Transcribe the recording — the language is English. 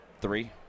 Three